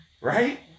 Right